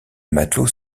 matelots